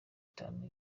itanu